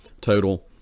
total